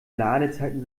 ladezeiten